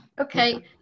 Okay